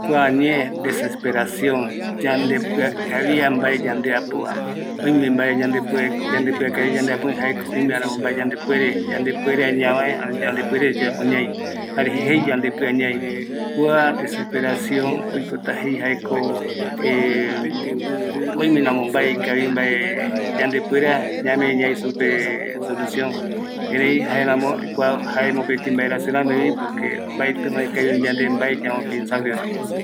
Oikovi yande ndie ta ndeiñopako oure outapakore ani kiraitapa mabieɨ amotapako yandere yae jɨiaputapako yande ani mbaetɨtapakore kotɨ kotɨ yaikova jokua oikoviko yande ndie desesperacion jei supe karai reta jukuraivi yaiko paraete amovecepe ñamaeta tenonde ikavi yayembongueta